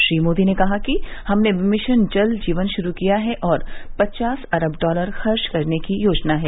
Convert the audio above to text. श्री मोदी ने कहा कि हमने मिशन जल जीवन शुरू किया है और पचास अरब डॉलर खर्च करने की योजना है